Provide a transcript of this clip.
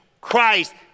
Christ